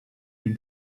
been